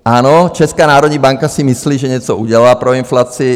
Ano, Česká národní banka si myslí, že něco udělá pro inflaci.